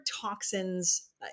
toxins